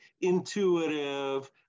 intuitive